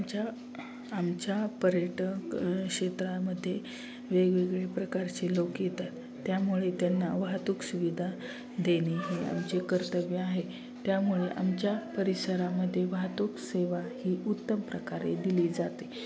आमच्या आमच्या पर्यटक क्षेत्रामध्ये वेगवेगळे प्रकारचे लोक येतात त्यामुळे त्यांना वाहतूक सुविधा देणे हे आमचे कर्तव्य आहे त्यामुळे आमच्या परिसरामध्ये वाहतूक सेवा ही उत्तम प्रकारे दिली जाते